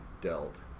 dealt